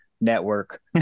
network